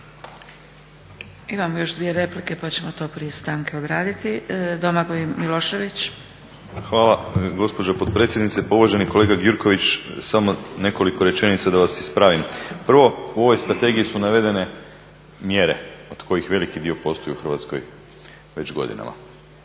Imamo još dvije replike pa ćemo to prije stanke odraditi. Domagoj Milošević. **Milošević, Domagoj Ivan (HDZ)** Hvala gospođo potpredsjednice. Pa uvaženi kolega Gjurković samo nekoliko rečenica da vas ispravim. Prvo, u ovoj strategiji su navedene mjere od kojih veliki dio postoji u Hrvatskoj već godinama.